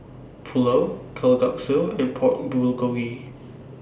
Pulao Kalguksu and Pork Bulgogi